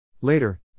Later